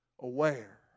aware